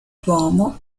duomo